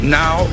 now